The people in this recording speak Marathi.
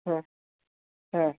हो हा